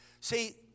See